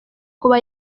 kuba